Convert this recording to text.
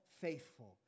faithful